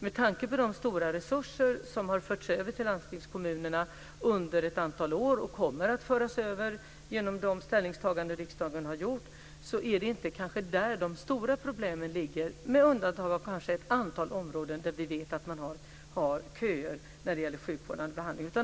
Med tanke på de stora resurser som under ett antal år förts över till landstingskommunerna, och kommer att föras över genom de ställningstaganden som riksdagen har gjort, är det kanske inte där de stora problemen ligger - kanske med undantag av ett antal områden där vi vet att det är köer när det gäller sjukvårdande behandling.